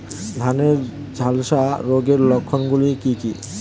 ধানের ঝলসা রোগের লক্ষণগুলি কি কি?